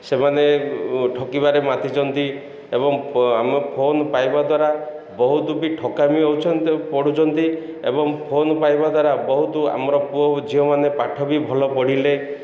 ସେମାନେ ଠକିବାରେ ମାତିଛନ୍ତି ଏବଂ ଆମ ଫୋନ୍ ପାଇବା ଦ୍ୱାରା ବହୁତ ବି ଠକାମି ହେଉଛନ୍ତି ପଢ଼ୁଛନ୍ତି ଏବଂ ଫୋନ୍ ପାଇବା ଦ୍ୱାରା ବହୁତ ଆମର ପୁଅ ଝିଅମାନେ ପାଠ ବି ଭଲ ପଢ଼ିଲେ